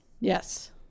Yes